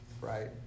right